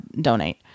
donate